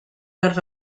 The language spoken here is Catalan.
les